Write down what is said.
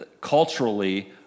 Culturally